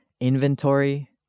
Inventory